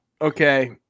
Okay